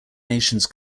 nations